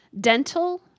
dental